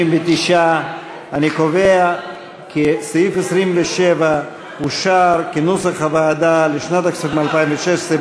59. אני קובע כי סעיף 27 אושר כנוסח הוועדה לשנת הכספים 2016,